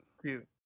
Cute